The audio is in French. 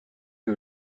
que